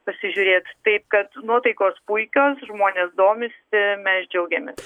pasižiūrėti taip kad nuotaikos puikios žmonės domisi ir mes džiaugiamės